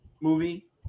movie